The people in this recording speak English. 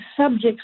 subjects